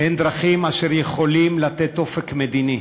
אין דרכים אשר יכולות לתת אופק מדיני.